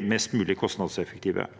mest mulig kostnadseffektive.